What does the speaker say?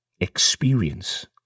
experience